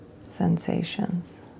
sensations